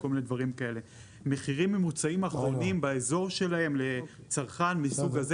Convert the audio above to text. יומיים לפני תחילת כל חודש, לקראת החודש הבא.